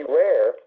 rare